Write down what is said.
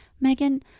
Megan